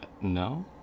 No